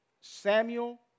Samuel